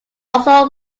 also